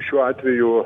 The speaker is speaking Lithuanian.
šiuo atveju